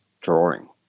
drawing